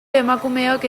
emakumeok